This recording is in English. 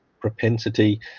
propensity